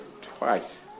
twice